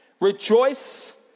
rejoice